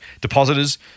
depositors